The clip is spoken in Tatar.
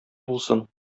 булсын